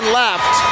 left